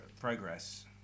progress